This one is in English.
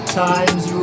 times